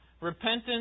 repentance